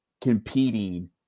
competing